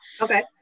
Okay